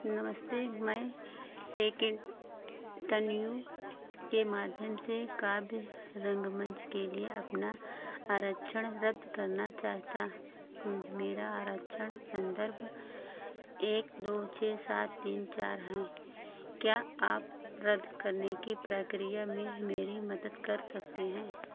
नमस्ते मैं टिकटन्यू के माध्यम से काव्य रंगमंच के लिए अपना आरक्षण रद्द करना चाहता हूँ मेरा आरक्षण संदर्भ एक दो तीन सात तीन चार है क्या आप रद्द करने की प्रक्रिया में मेरी मदद कर सकते हैं